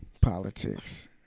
Politics